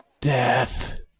Death